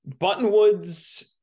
Buttonwoods